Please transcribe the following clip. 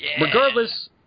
Regardless